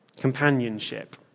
Companionship